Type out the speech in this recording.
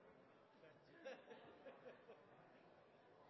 dette er